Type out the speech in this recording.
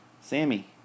Sammy